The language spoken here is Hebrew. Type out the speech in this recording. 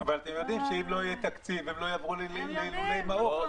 אתם יודעים שאם לא יהיה תקציב, הם לא יעברו למעוף.